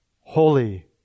holy